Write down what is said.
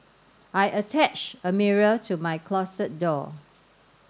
I attached a mirror to my closet door